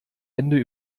hände